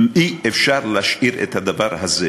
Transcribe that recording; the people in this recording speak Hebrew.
אי-אפשר להשאיר את הדבר הזה.